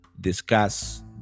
discuss